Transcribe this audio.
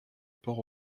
port